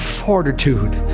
fortitude